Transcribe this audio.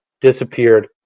disappeared